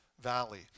valley